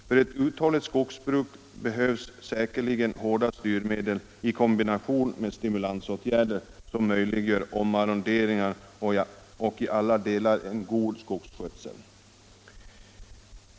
För ett uthålligt skogsbruk behövs säkerligen hårda styrmedel i kombination med stimulansåtgärder som möjliggör omarronderingar och i alla detar en god skogsskötsel.